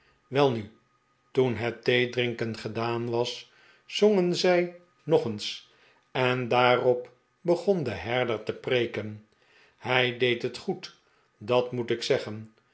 welnu toen het theedrinken gedaan was zongen zij nog eens en daarop begon de herder te preekeh hij deed het goed dat moet ik zeggen